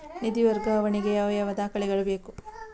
ನಿಧಿ ವರ್ಗಾವಣೆ ಗೆ ಯಾವ ಯಾವ ದಾಖಲೆ ಪತ್ರಗಳು ಬೇಕು?